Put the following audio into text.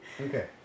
Okay